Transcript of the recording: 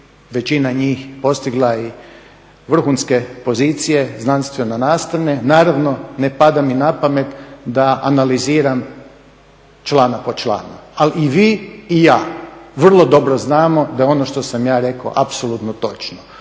većina njih postigla i vrhunske pozicije, znanstveno nastavne, naravno ne pada mi na pamet da analiziram člana po člana. Ali i vi i ja vrlo dobro znamo da ono što sam ja rekao apsolutno točno.